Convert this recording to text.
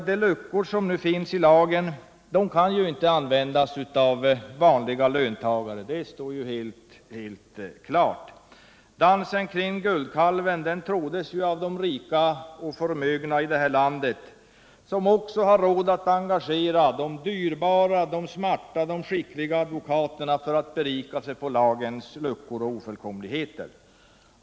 De luckor i lagen som nu finns kan inte användas av vanliga löntagare, det står helt klart. Dansen kring guldkalven tråder de rika och förmögna i det här landet som också har råd att engagera de dyrbara, smarta och skickliga advokaterna för att göra sig rika på luckorna och ofullkomligheterna i lagen.